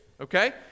Okay